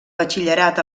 batxillerat